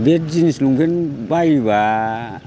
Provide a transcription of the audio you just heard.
बे जिन्स लंफेन्ट बायोबा